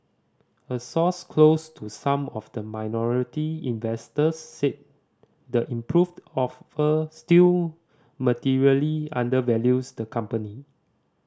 a source close to some of the minority investors said the improved offer still materially undervalues the company